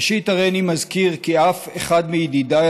ראשית הריני מזכיר כי אף אחד מידידיי